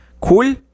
cool